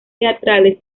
teatrales